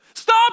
Stop